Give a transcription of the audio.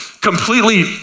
completely